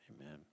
Amen